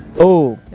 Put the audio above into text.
oh. ay.